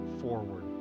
forward